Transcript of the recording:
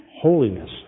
holiness